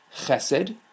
chesed